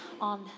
on